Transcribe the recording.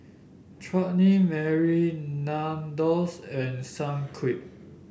Chutney Mary Nandos and Sunquick